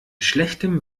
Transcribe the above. schlechtem